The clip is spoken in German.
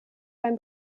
beim